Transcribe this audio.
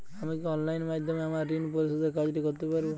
আমি কি অনলাইন মাধ্যমে আমার ঋণ পরিশোধের কাজটি করতে পারব?